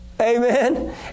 Amen